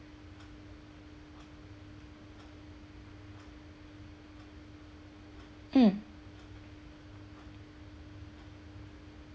mm